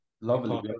Lovely